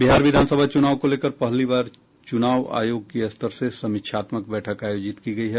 बिहार विधानसभा चुनाव को लेकर पहली बार चुनाव आयोग की स्तर से समीक्षात्मक बैठक आयोजित की गयी है